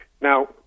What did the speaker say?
Now